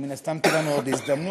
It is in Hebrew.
ומן הסתם תהיה לנו עוד הזדמנות,